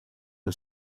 are